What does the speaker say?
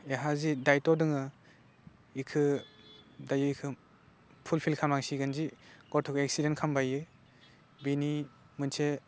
एहा जि दायथ' दङ बिखौ दायो बेखौ फुल फिल खालामनांसिगोन जि गथ'खौ एक्सिडेन्ट खालामबाय बियो बेनि मोनसे